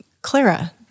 Clara